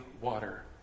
water